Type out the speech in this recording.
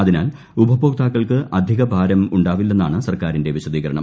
അതിനാൽ ഉപഭോക്താക്കൾക്ക് അധികഭാരം ഉണ്ടാവില്ലെന്നാണ് സർക്കാരിന്റെ വിശദീകരണം